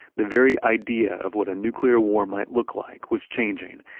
the very idea of what a nuclear war might look like was changing,